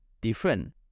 Different